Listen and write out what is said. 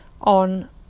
on